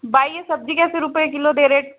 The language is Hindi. बाई ये सब्जी कैसे रूपए किलो दे रहे